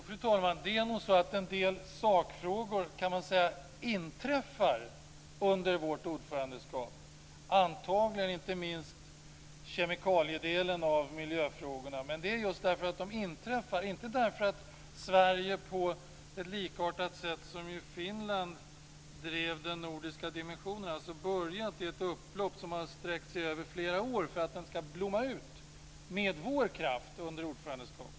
Fru talman! Det är nog så att en del sakfrågor inträffar under vårt ordförandeskap. Det gäller antagligen inte minst kemikaliedelen av miljöfrågorna. Med det är just därför att de inträffar och inte därför att Sverige gör på ett likartat sätt som Finland, som drev den nordiska dimensionen. Det har börjat i ett upplopp som sträckt sig över flera år för att det ska blomma ut med vår kraft under ordförandeskapet.